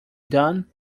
done